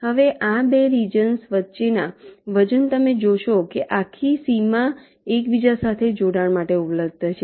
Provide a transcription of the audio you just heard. હવે આ 2 રિજન્સ વચ્ચે ના વજન તમે જોશો કે આખી સીમા એકબીજા સાથે જોડાણ માટે ઉપલબ્ધ છે